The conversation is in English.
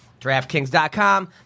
DraftKings.com